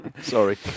sorry